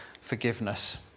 forgiveness